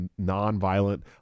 nonviolent